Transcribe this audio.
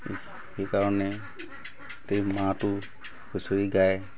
সেইকাৰণে গোটেই মাহটো হুঁচৰি গায়